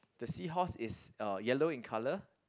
the seahorse is uh yellow in colour